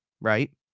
right